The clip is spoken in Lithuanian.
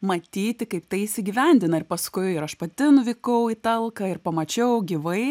matyti kaip tai įsigyvendina ir paskui aš pati nuvykau į talką ir pamačiau gyvai